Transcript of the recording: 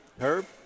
Herb